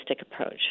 approach